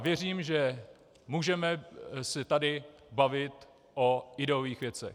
Věřím, že můžeme se tady bavit o ideových věcech.